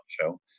show